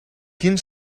quin